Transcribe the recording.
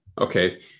Okay